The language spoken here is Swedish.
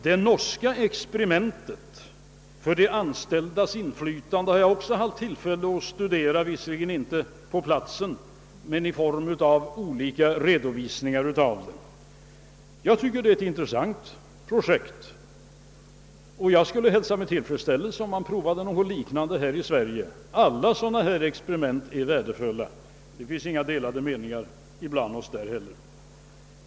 Det norska experimentet med inflytande för de anställda har också jag haft tillfälle att studera, visserligen inte på platsen men i olika redovisningar. Det är ett intressant projekt, och jag skulle hälsa med tillfredsställelse, om man provade något liknande här i Sverige. Alla sådana experiment är värdefulla. Det finns inte heller här några delade meningar bland oss.